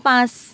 পাঁচ